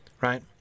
right